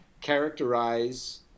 characterize